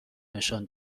نشان